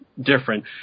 different